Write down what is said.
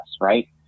right